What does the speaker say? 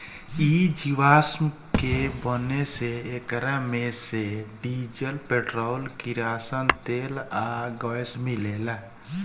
इ जीवाश्म के बने से एकरा मे से डीजल, पेट्रोल, किरासन तेल आ गैस मिलेला